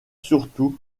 surtout